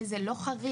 וזה לא חריג,